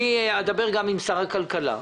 ואדבר גם עם שר הכלכלה.